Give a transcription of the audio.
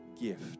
gift